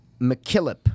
McKillop